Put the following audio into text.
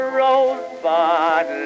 rosebud